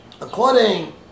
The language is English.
according